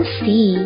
see